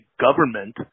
government